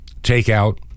takeout